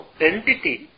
entity